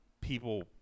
people